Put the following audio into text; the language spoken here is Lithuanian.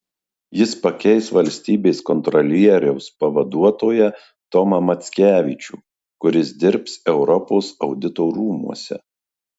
jis pakeis valstybės kontrolieriaus pavaduotoją tomą mackevičių kuris dirbs europos audito rūmuose